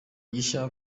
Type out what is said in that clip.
gishya